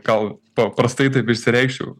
gal paprastai taip išsireikšiu